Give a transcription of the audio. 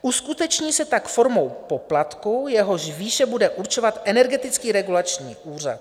Uskuteční se tak formou poplatku, jehož výše bude určovat Energetický regulační úřad.